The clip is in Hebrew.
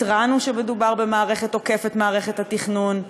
התרענו שמדובר במערכת עוקפת למערכת התכנון,